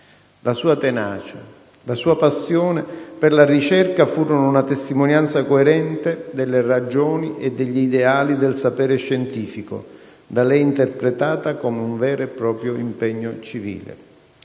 La sua tenacia e la sua passione per la ricerca furono una testimonianza coerente delle ragioni e degli ideali del sapere scientifico, da lei interpretata come un vero e proprio impegno civile.